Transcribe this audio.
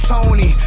Tony